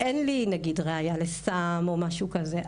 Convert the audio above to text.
דבר אין לי נגיד ראיה לסם או משהו כזה,